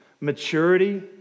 maturity